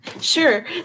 Sure